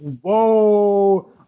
Whoa